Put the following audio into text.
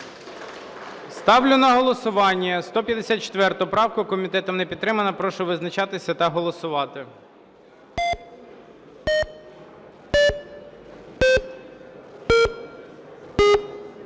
Ставлю на голосування 152 правку. Комітетом не підтримана. Прошу визначатися та голосувати.